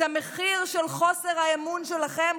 את המחיר של חוסר האמון שלכם,